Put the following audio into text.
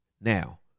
Now